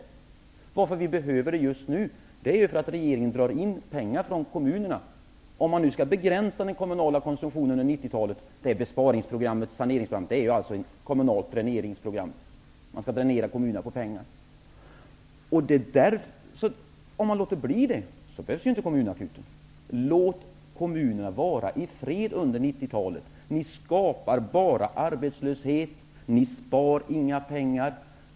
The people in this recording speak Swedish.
Anledningen till att vi behöver en kommunakut just nu är att regeringen drar in pengar från kommunerna, man skall begränsa den kommunala konsumtionen under 90-talet. Det kommunala besparingsprogrammet är ett kommunalt dräneringsprogram. Man skall dränera kommunerna på pengar. Om man låter bli det, behövs ingen kommunakut. Låt kommunerna vara i fred under 90-talet. Ni skapar bara arbetslöshet, ni sparar inga pengar.